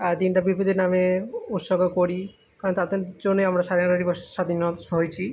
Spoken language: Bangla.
আর দিনটা বিপ্লবীদের নামে উৎসর্গ করি কারণ তাঁদের জন্য আমরা স্বাধীনতা দিবস স্বাধীন হয়েছি